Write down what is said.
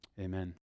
amen